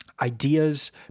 ideas